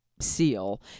SEAL